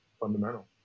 fundamental